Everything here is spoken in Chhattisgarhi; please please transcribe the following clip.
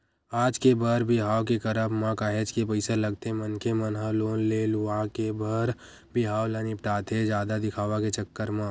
आज के बर बिहाव के करब म काहेच के पइसा लगथे मनखे मन ह लोन ले लुवा के बर बिहाव ल निपटाथे जादा दिखावा के चक्कर म